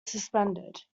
suspended